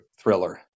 thriller